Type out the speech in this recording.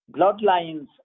bloodlines